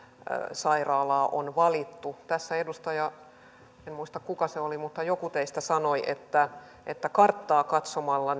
sairaalaa on valittu tässä edustaja en muista kuka se oli mutta joku teistä sanoi että että karttaa katsomalla